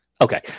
okay